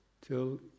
till